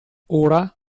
ora